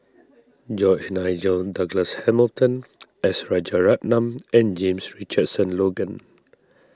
George Nigel Douglas Hamilton S Rajaratnam and James Richardson Logan